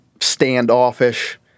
standoffish